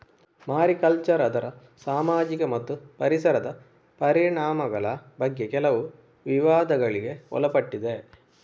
mariculture ಅದರ ಸಾಮಾಜಿಕ ಮತ್ತು ಪರಿಸರದ ಪರಿಣಾಮಗಳ ಬಗ್ಗೆ ಕೆಲವು ವಿವಾದಗಳಿಗೆ ಒಳಪಟ್ಟಿದೆ